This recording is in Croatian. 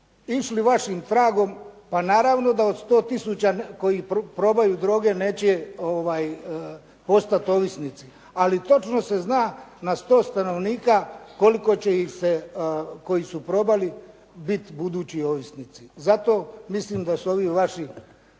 išli vašim tragom pa naravno da od 100 tisuća koji probaju droge neće postati ovisnici ali točno se zna na 100 stanovnika koliko će ih se koji su probali biti budući ovisnici. Zato mislim da su ovi vaši